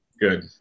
Good